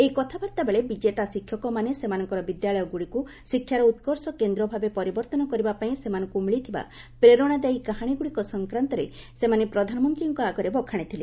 ଏଇ କଥାବାର୍ତ୍ତା ବେଳେ ବିଜେତା ଶିକ୍ଷକମାନେ ସେମାନଙ୍କର ବିଦ୍ୟାଳୟଗୁଡ଼ିକୁ ଶିକ୍ଷାର ଉତ୍କର୍ଷ କେନ୍ଦ୍ର ଭାବେ ପରିବର୍ଭନ କରିବା ପାଇଁ ସେମାନଙ୍କୁ ମିଳିଥିବା ପ୍ରେରଣାଦାୟୀ କାହାଣୀଗୁଡ଼ିକ ସଂକ୍ରାନ୍ତରେ ସେମାନେ ପ୍ରଧାନମନ୍ତ୍ରୀଙ୍କ ଆଗରେ ବଖାଶି ଥିଲେ